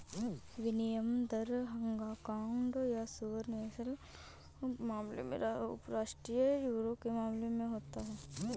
विनिमय दर हांगकांग या सुपर नेशनल के मामले में उपराष्ट्रीय यूरो के मामले में होता है